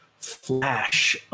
flash